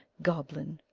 goblin,